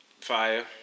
Fire